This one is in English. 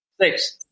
Six